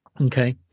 Okay